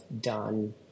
done